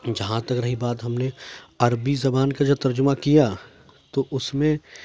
جہاں تک رہی بات ہم نے اپنی عربی زبان کا جب ترجمہ کیا تو اس میں